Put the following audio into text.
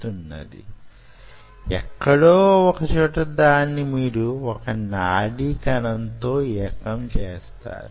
యెక్కడో వొక చోట దాన్ని మీరు వొక నాడీకణం తో యేకం చేస్తారు